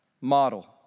model